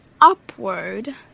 upward